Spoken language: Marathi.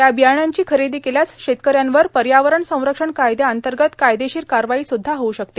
या बियाण्यांची खरेदी केल्यास शेतकऱ्यांवर पर्यावरण संरक्षण कायद्यांतर्गत कायदेशीर कारवाईसुद्धा होऊ शकते